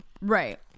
right